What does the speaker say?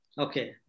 Okay